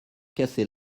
casser